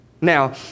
Now